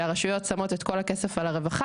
שהרשויות שמות את כל הכסף על הרווחה